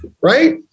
right